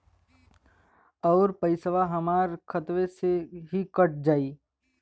अउर पइसवा हमरा खतवे से ही कट जाई?